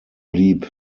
blieb